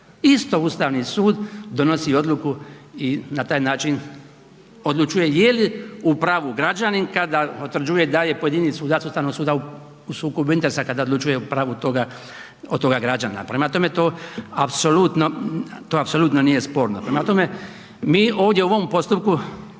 Isto Ustavni sud donosi odluku i na taj način odlučuje je li u pravu građanin kada utvrđuje da je pojedini sudac Ustavnog suda u sukobu interesa kada odlučuje o pravu toga građana. Prema tome to apsolutno, to apsolutno nije sporno. Prema tome, mi ovdje u ovom postupku